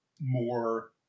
more